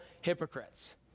hypocrites